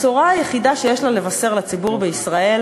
הבשורה היחידה שיש לה לבשר לציבור בישראל